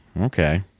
okay